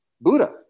Buddha